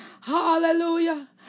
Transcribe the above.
Hallelujah